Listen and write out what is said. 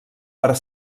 per